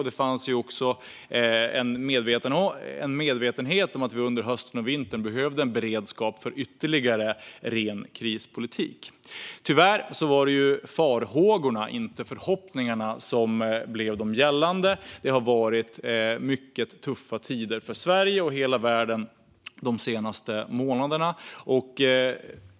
Det fanns även en medvetenhet om att vi under hösten och vintern behövde en beredskap för ytterligare ren krispolitik. Tyvärr var det farhågorna och inte förhoppningarna som blev det som kom att gälla. De senaste månaderna har inneburit mycket tuffa tider för Sverige och hela världen.